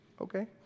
Okay